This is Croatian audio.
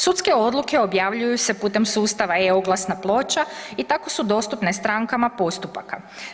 Sudske odluke objavljuju se putem sustav e-oglasna ploča i tako su dostupne strankama postupaka.